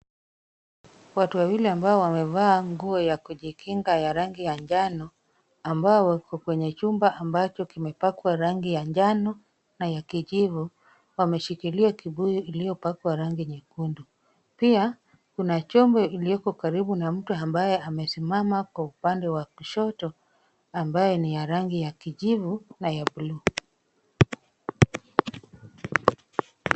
Watu wawili ambao wamevaa nguo ya kujikinga ya rangi ya njano, ambao wako kwenye chumba ambacho kimepakwa rangi ya njano na ya kijivu, wameshikilia kibuyu iliyopakwa rangi nyekundu. Pia kuna chombo iliyoko karibu na mtu ambaye amesimama kwa upande wa kushoto, ambaye ni ya rangi ya kijivu na ya buluu.